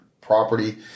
property